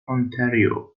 ontario